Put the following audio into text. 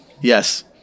Yes